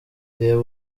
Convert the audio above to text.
reba